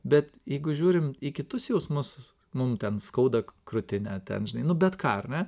bet jeigu žiūrim į kitus jausmus mum ten skauda krūtinę amžinai nu bet ką ar ne